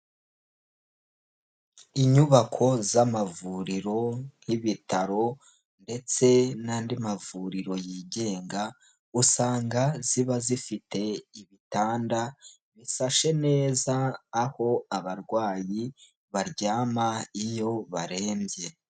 Inyubako z'amavuriro nk'ibitaro ndetse n'andi mavuriro yigenga usanga, ziba zifite ibitanda bisashe neza, aho abarwayi baryama iyo barembye.